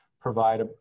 provide